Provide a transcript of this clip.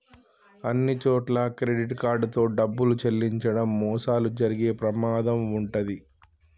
అన్నిచోట్లా credit card తో డబ్బులు చెల్లించడం మోసాలు జరిగే ప్రమాదం వుంటది